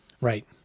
Right